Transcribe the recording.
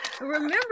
Remember